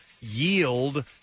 yield